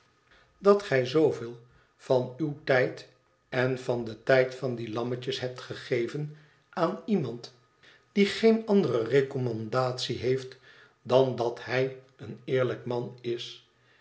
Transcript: dat gij zooveel van uw tijd en van den tijd van die lammetjes hebt gegeven aan iemand die geen andere recommandatie heeft dan dat hij een eerlijk man is